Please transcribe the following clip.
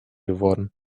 geworden